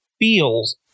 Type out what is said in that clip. feels